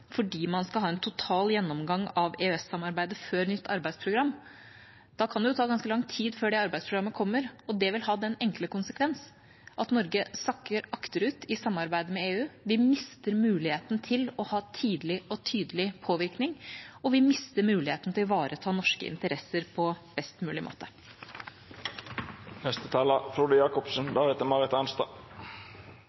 fordi man skal ha en total gjennomgang av EØS-samarbeidet før nytt arbeidsprogram, kan det ta ganske lang tid før det arbeidsprogrammet kommer. Det vil ha den enkle konsekvens at Norge sakker akterut i samarbeidet med EU. Vi mister muligheten til å ha tidlig og tydelig påvirkning, og vi mister muligheten til å ivareta norske interesser på best mulig måte.